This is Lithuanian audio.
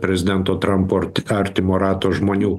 prezidento trampo artimo rato žmonių